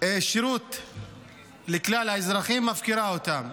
שירות לכלל האזרחים, מפקירה אותם,